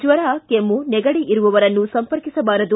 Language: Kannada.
ಜ್ವರ ಕೆಮ್ಮು ನೆಗಡಿ ಇರುವವರನ್ನು ಸಂಪರ್ಕಿಸಬಾರದು